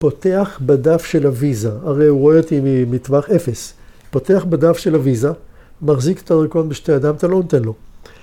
‫פותח בדף של הוויזה, ‫הרי הוא רואה אותי מטווח אפס. ‫פותח בדף של הוויזה, ‫מחזיק את הריקון בשתי ידיים, ‫אתה לא נותן לו.